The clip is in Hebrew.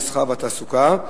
המסחר והתעסוקה.